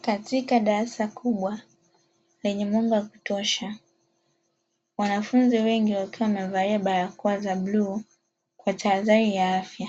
Katika darasa kubwa lenye mwanga wa kutosha wanafunzi wengi wakiwa wamevlia barakoa za bluu kwa tahadhari ya afya,